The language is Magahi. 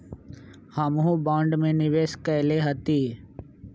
हमहुँ बॉन्ड में निवेश कयले हती